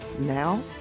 now